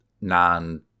non